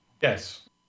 Yes